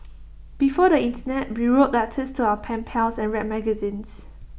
before the Internet we wrote letters to our pen pals and read magazines